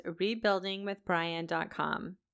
rebuildingwithbrian.com